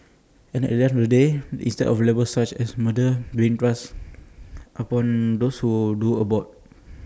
and at the end of the day instead of labels such as murderer being thrust upon those who do abort